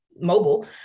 mobile